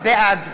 בעד